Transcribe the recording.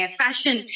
fashion